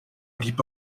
blieb